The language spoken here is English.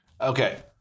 Okay